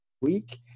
week